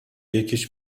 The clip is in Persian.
یکیش